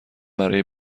برای